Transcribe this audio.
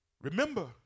Remember